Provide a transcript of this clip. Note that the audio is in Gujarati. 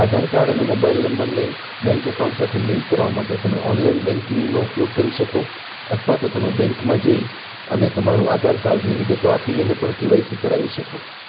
આધાર કાર્ડ અને મોબાઈલ નંબરને બેન્ક અકાઉન્ટ સાથે લિન્ક કરવા માટે તમે ઓનલાઈન બેન્કિંગનો ઉપયોગ કરી શકો અથવા તો તમે બેન્કમાં જઈ અને તમારું આધારકાર્ડની વિગતો આપી અને પણ કેવાયસી કરાવી શકો